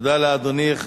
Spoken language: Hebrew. תודה לאדוני.